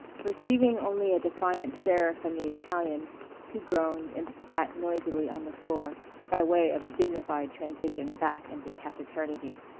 receiving only a defiant stare from the italian he groaned and spat noisily on the floor by way of a dignified transition back into taciturnity.